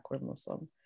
Muslim